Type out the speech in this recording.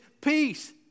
peace